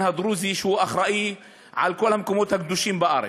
הדרוזי שאחראי לכל המקומות הקדושים בארץ.